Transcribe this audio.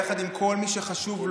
יחד עם כל מי שחשוב לו.